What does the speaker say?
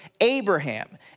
Abraham